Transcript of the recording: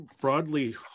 broadly